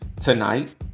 tonight